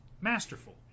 Masterful